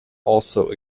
also